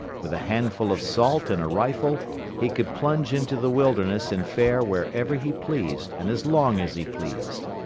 with a handful of salt and a rifle he could plunge into the wilderness and fare wherever he pleased and as long as he pleased.